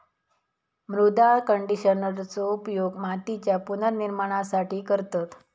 मृदा कंडिशनरचो उपयोग मातीच्या पुनर्निर्माणासाठी करतत